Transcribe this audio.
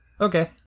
Okay